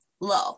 low